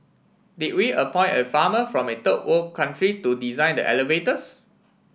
did we appoint a farmer from a third world country to design the elevators